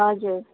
हजुर